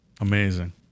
Amazing